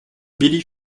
billy